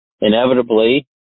inevitably